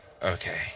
Okay